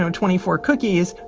twenty four cookies,